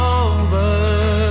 over